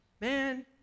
man